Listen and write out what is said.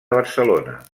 barcelona